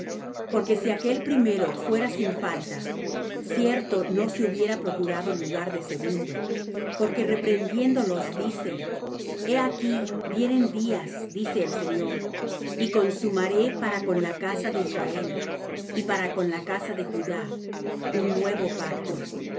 porque si aquel primero fuera sin falta cierto no se hubiera procurado lugar de segundo porque reprendiéndolos dice he aquí vienen días dice el señor y consumaré para con la casa de israel y para con la casa de judá un nuevo pacto no